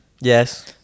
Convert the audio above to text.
yes